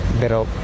Pero